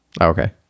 Okay